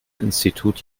institut